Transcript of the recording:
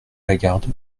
lagarde